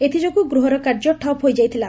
ଏଥିଯୋଗୁଁ ଗୃହର କାର୍ଯ୍ୟ ଠପ୍ ହୋଇଯାଇଥିଲା